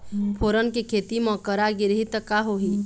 फोरन के खेती म करा गिरही त का होही?